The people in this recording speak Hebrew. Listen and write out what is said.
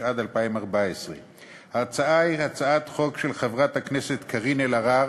התשע"ד 2014. ההצעה היא הצעת חוק של חברת הכנסת קארין אלהרר